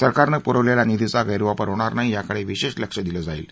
सरकारनं पुरवलेल्या निधीचा गैरवापर होणार नाही याकडं विशेष लक्ष दिलं जाईल